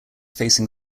facing